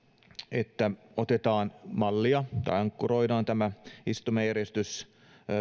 että otetaan mallia tai ankkuroidaan tämä istumajärjestys